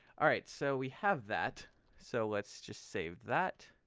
all right so we have that so let's just save that.